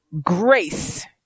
grace